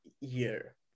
year